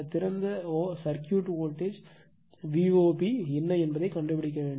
திறந்த circuit voltage VOB என்ன என்பதைக் கண்டுபிடிக்க வேண்டும்